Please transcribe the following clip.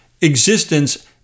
existence